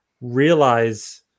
realize